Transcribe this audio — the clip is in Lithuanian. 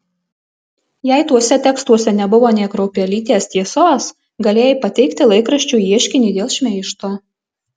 jei tuose tekstuose nebuvo nė kruopelytės tiesos galėjai pateikti laikraščiui ieškinį dėl šmeižto